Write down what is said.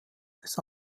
des